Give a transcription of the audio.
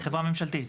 לחברה ממשלתית.